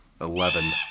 Eleven